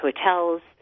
hotels